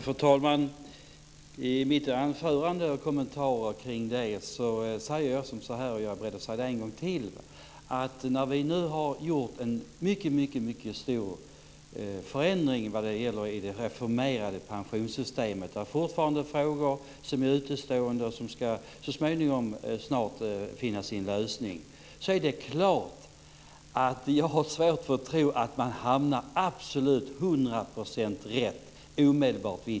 Fru talman! I mitt anförande och i kommentarer kring det säger jag, och jag är beredd att säga det en gång till, att när vi nu har gjort en mycket stor förändring vad gäller det reformerade pensionssystemet och när det fortfarande finns utestående frågor som så småningom kommer att finna sin lösning, är det klart att jag har svårt att tro att man hamnar absolut hundra procent rätt omedelbart.